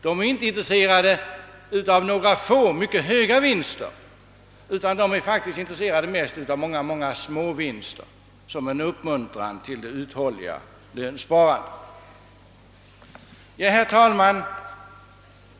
De är inte intresserade av några få, mycket höga vinster, utan de är faktiskt mest intresserade av många småvinster som en uppmuntran till uthålligt lönsparande. Herr talman!